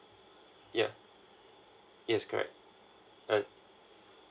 yup yes correct uh